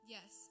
Yes